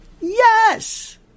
Yes